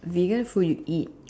vegan food you eat